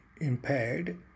impaired